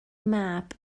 mab